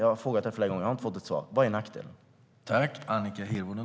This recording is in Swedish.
Jag har frågat det flera gånger, men jag har inte fått något svar. Vad är nackdelen?